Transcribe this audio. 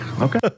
Okay